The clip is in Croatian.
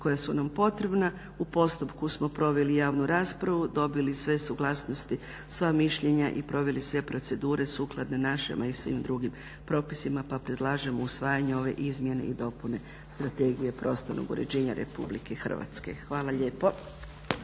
koja su nam potrebna. U postupku smo proveli javnu raspravu, dobili sve suglasnosti, sva mišljenje i proveli sve procedure sukladne našima i svim drugim propisima pa predlažem usvajanje ove Izmjene i dopune Strategije prostornog uređenja Republike Hrvatske. Hvala lijepo.